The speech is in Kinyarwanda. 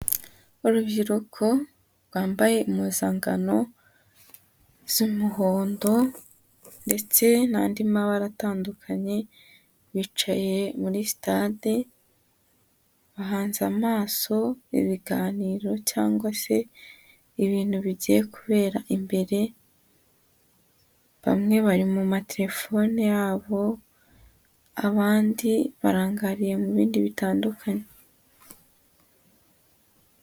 Urubyiruko rwambaye impuzangano z'umuhondo ndetse n'andi mabara atandukanye bicaye muri sitade bahanze amaso ibiganiro cyangwa se ibintu bigiye kubera imbere, bamwe bari mu materefone yabo abandi barangariye mu bindi bitandukanye.